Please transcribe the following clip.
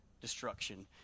destruction